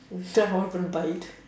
then I'm not gonna buy it